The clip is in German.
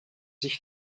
sich